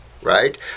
Right